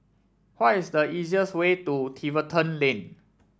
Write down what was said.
why is the easiest way to Tiverton Lane